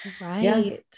right